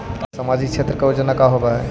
सामाजिक क्षेत्र के योजना का होव हइ?